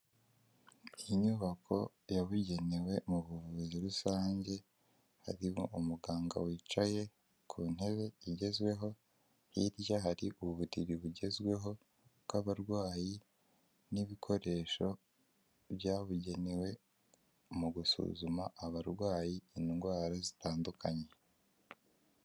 Inyubako yabugenewe mu buvuzi rusange, harimo umuganga wicaye ku ntebe igezweho, hirya hari uburiri bugezweho bw'abarwayi n'ibikoresho byabugenewe mu gusuzuma abarwayi indwara zitandukanye.